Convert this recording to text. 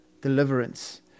deliverance